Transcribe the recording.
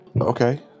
Okay